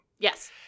Yes